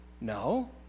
No